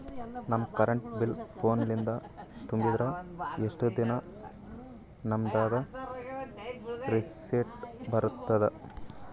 ನಮ್ current bill ಫೋನ ಲಿಂದೇ ತುಂಬಿದ್ರ, ಎಷ್ಟ ದಿ ನಮ್ ದಾಗ ರಿಸಿಟ ಬರತದ?